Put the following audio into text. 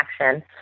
action